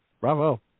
bravo